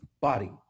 body